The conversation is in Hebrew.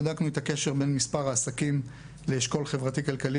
בדקנו את הקשר בין מספר העסקים לבין אשכול חברתי-כלכלי,